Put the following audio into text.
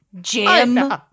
Jim